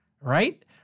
right